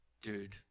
Dude